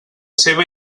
seva